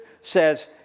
says